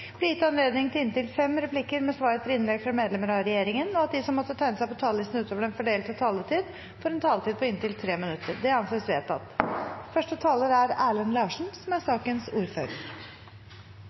blir gitt anledning til replikkordskifte med inntil fem replikker med svar etter innlegg fra medlemmer av regjeringen, og at de som måtte tegne seg på talerlisten utover den fordelte taletid, får en taletid på inntil 3 minutter. – Det anses vedtatt. I denne saka er det sett fram tre ulike forslag, og alle er